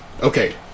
okay